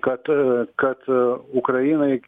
kad kad ukrainai